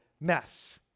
mess